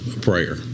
prayer